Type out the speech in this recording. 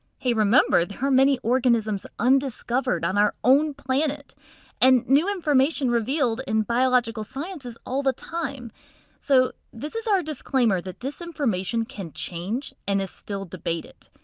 hey, remember, there are many organisms undiscovered on our own planet and new information revealed in biological sciences all the time so this is our disclaimer that this information can change and is still debated.